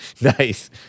Nice